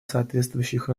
соответствующих